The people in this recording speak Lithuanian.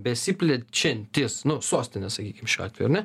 besiplečiantis nu sostinė sakykim šiuo atveju ar ne